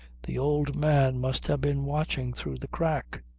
the old man must have been watching through the crack.